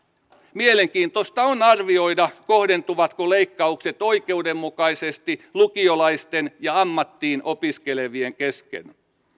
mielenkiintoista on arvioida kohdentuvatko leikkaukset oikeudenmukaisesti lukiolaisten ja ammattiin opiskelevien kesken